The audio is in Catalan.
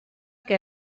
que